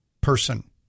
person